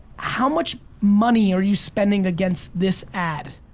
how much money are you spending against this ad?